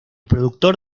productor